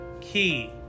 Key